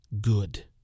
good